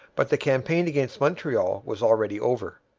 but the campaign against montreal was already over.